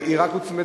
היא רק הוצמדה.